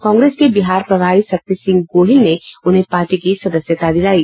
कांग्रेस के बिहार प्रभारी शक्ति सिंह गोहिल ने उन्हें पार्टी की सदस्यता दिलायी